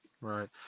Right